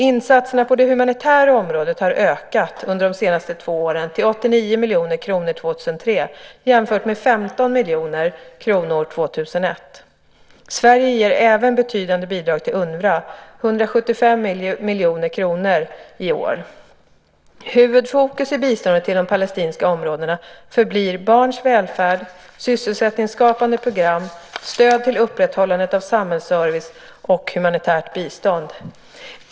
Insatserna på det humanitära området har ökat under de senaste två åren till 89 miljoner kronor år 2003 jämfört med 15 miljoner kronor år 2001. Sverige ger även betydande bidrag till UNRWA; 175 miljoner kronor i år. Huvudfokus i biståndet till de palestinska områdena förblir barns välfärd, sysselsättningsskapande program, stöd till upprätthållande av samhällsservice och humanitärt bistånd.